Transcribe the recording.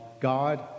God